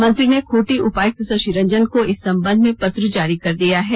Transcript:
मंत्री ने खुंटी उपायुक्त शशि रंजन को इस संबंध में पत्र जारी कर दिया है